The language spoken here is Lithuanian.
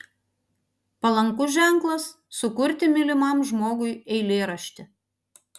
palankus ženklas sukurti mylimam žmogui eilėraštį